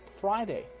Friday